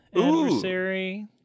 adversary